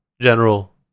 General